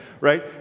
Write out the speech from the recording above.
right